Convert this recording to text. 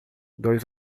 dois